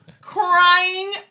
Crying